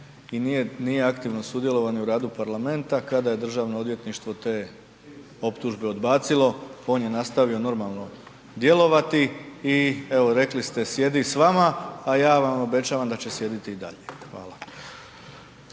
i nije aktivno sudjelovao ni u radu Parlamenta kada je Državno odvjetništvo te optužbe odbacilo, on je nastavio normalno djelovati i evo rekli ste, sjedi s vama a ja vam obećavam da će sjediti i dalje, hvala.